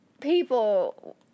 people